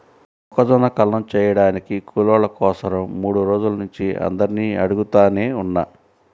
మొక్కజొన్న కల్లం చేయడానికి కూలోళ్ళ కోసరం మూడు రోజుల నుంచి అందరినీ అడుగుతనే ఉన్నా